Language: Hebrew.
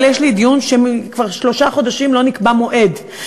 אבל יש לי דיון שכבר שלושה חודשים לא נקבע לו מועד.